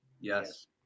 Yes